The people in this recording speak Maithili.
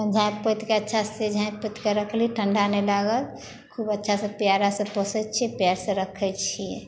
झाॅंपि पोइतके अच्छा से झाॅंपि पोइतके रखली ठंडा नहि लागल खूब अच्छा से प्यारा से पोसै छी प्यार से रखै छी